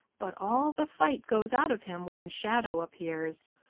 but all the fight goes out of him when shadow appears.